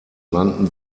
nannten